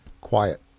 Quiet